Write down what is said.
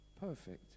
perfect